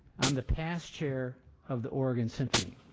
um the past chair of the oregon symphony.